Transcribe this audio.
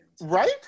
right